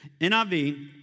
NIV